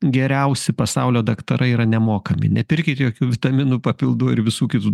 geriausi pasaulio daktarai yra nemokami nepirkit jokių vitaminų papildų ir visų kitų